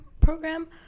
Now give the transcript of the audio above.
program